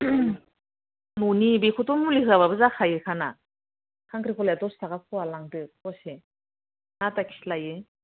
न'नि बेखौथ' मुलि होआबाबो जाखायो ना खांख्रिखलाया दस थाखा पवा लांदो पवासे ना आदा केजि लायो